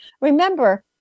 Remember